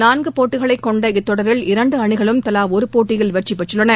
நான்கு போட்டிகளை கொண்ட இத்தொடரில் இரண்டு அணிகளும் தலா ஒரு போட்டியில் வெற்றி பெற்றுள்ளன